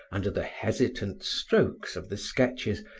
under the hesitant strokes of the sketches,